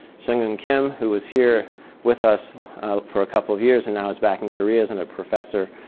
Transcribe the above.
seong-eun kim, who was here with us for a couple of years and now is back in korea as and a professor.